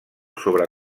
sobre